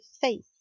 faith